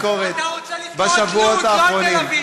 לומר דבר אחד קטן: בסופו של דבר,